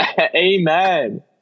Amen